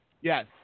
yes